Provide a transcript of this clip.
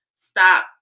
stop